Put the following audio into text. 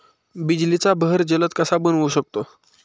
बिजलीचा बहर जलद कसा बनवू शकतो?